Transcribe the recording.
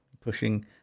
pushing